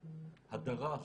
הדרה,